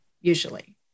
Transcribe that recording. usually